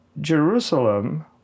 Jerusalem